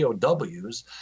POWs